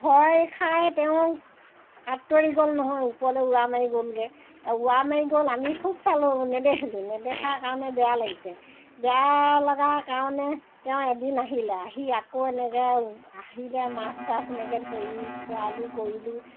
ভয় খাই তেওঁ আঁতৰি গ'ল নহয় ওপৰলৈ উৰা মাৰি গ'লগৈ উৰা মাৰি গ'ল আমি খুব চালোঁ নেদেখিলোঁ নেদেখাৰ কাৰণে বেয়া লাগিছে বেয়া লগা কাৰণে তেওঁ এদিন আহিলে আহি আকৌ এনেকৈ আহিলে মাছ চাছ এনেকৈ ধৰি খোৱালোঁ কৰিলোঁ